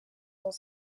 dans